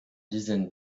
dizaine